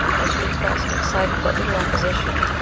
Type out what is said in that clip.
this request excited but little opposition,